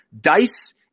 dice